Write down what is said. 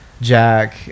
jack